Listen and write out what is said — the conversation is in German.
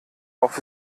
auf